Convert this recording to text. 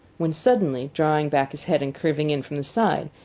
when, suddenly drawing back his head and curving in from the side,